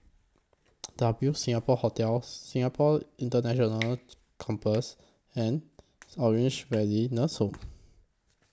W Singapore Hotel Singapore International Campus and Orange Valley Nursing Home